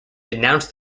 denounced